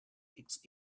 its